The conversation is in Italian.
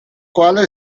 quale